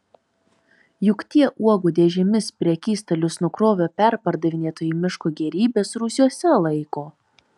juk tie uogų dėžėmis prekystalius nukrovę perpardavinėtojai miško gėrybes rūsiuose laiko